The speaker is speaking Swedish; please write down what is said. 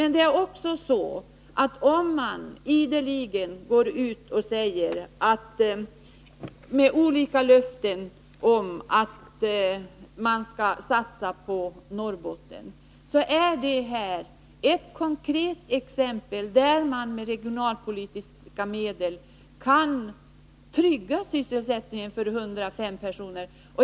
Men när man ideligen går ut med olika löften om att satsa på Norrbotten, så borde man ju se det här som ett konkret exempel där man med regionalpolitiska medel kan trygga sysselsättningen för 105 personer.